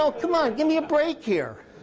ah come on, give me a break here.